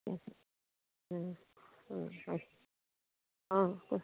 অঁ অঁ অঁ হয় অঁ কওক